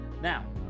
Now